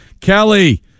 kelly